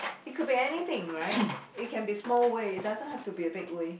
it could be anything right it can be small way doesn't have to be a big way